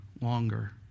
longer